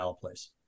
place